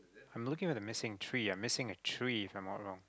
I'm looking for the missing tree I'm missing a tree if I'm not wrong